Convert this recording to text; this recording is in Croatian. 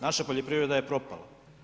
Naša poljoprivreda je propala.